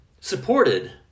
supported